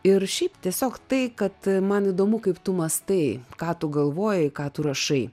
ir šiaip tiesiog tai kad man įdomu kaip tu mąstai ką tu galvoji ką tu rašai